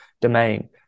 domain